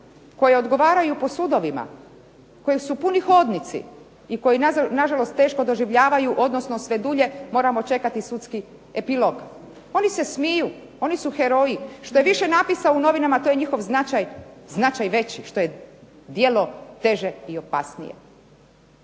koje odgovaraju po sudovima, kojih su puni hodnici i koji na žalost teško doživljavaju, odnosno sve dulje moramo čekati sudski epilog oni se smiju. Oni su heroji. Što je više napisa u novinama to je njihov značaj veći što je djelo teže i opasnije.